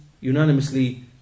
unanimously